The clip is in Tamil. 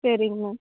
சரிங்க மேம்